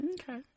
Okay